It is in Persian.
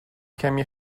کمی